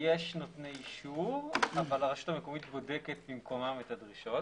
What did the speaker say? יש נותני אישור אבל הרשות המקומית בודקת במקומם את הדרישות.